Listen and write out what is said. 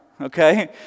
okay